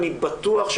אני בטוח,